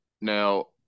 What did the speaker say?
now